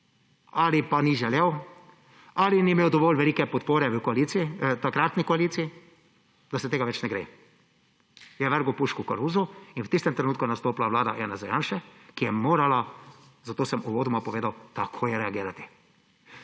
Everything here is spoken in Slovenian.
ali pa ni želel, ali ni imel dovolj velike podpore v koaliciji, takratni koaliciji, da se tega več ne gre. Je vrgel puško v koruzo in v tistem trenutku je nastopila vlada Janeza Janše, ki je morala, zato sem uvodoma povedal, takoj reagirati.